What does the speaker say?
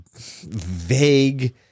vague